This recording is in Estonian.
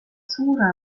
suurem